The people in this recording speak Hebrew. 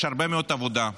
יש הרבה מאוד עבודה.